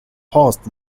horst